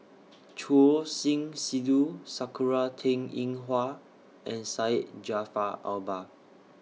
Choor Singh Sidhu Sakura Teng Ying Hua and Syed Jaafar Albar